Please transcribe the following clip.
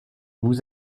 vous